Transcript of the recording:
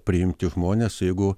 priimti žmones jeigu